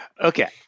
Okay